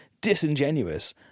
disingenuous